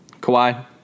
Kawhi